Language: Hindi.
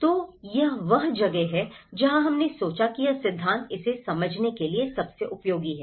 तो यह वह जगह है जहां हमने सोचा कि यह सिद्धांत इसे समझने के लिए सबसे उपयोगी है